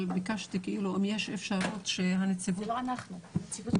אבל אני מבקשת אם יש אפשרות שנציבות שירות